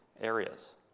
areas